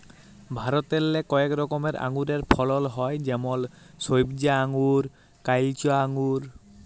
ভারতেল্লে কয়েক রকমের আঙুরের ফলল হ্যয় যেমল সইবজা আঙ্গুর, কাইলচা আঙ্গুর